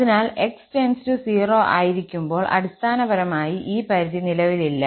അതിനാൽ x → 0 ആയിരിക്കുമ്പോൾ അടിസ്ഥാനപരമായി ഈ പരിധി നിലവിലില്ല